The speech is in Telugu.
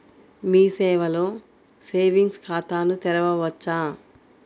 మీ సేవలో సేవింగ్స్ ఖాతాను తెరవవచ్చా?